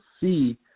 see